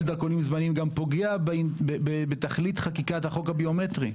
דרכונים זמניים גם פוגע בתכלית חקיקת החוק הביומטרי.